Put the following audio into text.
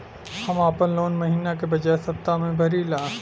हम आपन लोन महिना के बजाय सप्ताह में भरीला